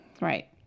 Right